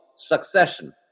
succession